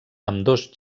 ambdós